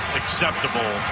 acceptable